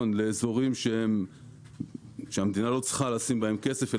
לאיזורים שהמדינה לא צריכה לשים בהם כסף,